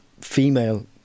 female